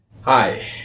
hi